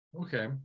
Okay